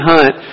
Hunt